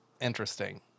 interesting